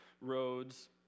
roads